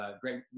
great